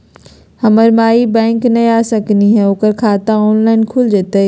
हमर माई बैंक नई आ सकली हई, ओकर खाता ऑनलाइन खुल जयतई?